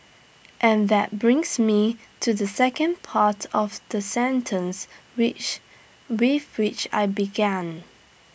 and that brings me to the second part of the sentence which with which I began